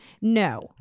No